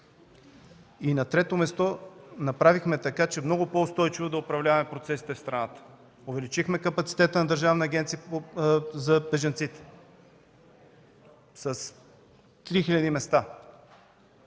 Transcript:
На трето място, направихме така, че много по-устойчиво да управляваме процесите в страната. Увеличихме капацитета на Държавна агенция за бежанците с 3000 места.